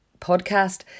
podcast